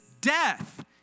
death